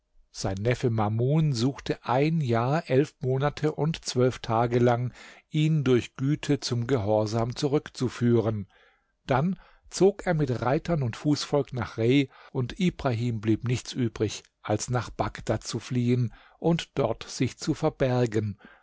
sein neffe mamun suchte ein jahr elf monate und zwölf tage lang ihn durch güte zum gehorsam zurückzuführen dann zog er mit reitern und fußvolk nach rei und ibrahim blieb nichts übrig als nach bagdad zu fliehen und dort sich zu verbergen